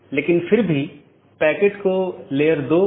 तो यह एक सीधे जुड़े हुए नेटवर्क का परिदृश्य हैं